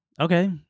Okay